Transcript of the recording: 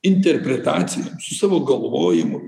interpretacijom su savo galvojimu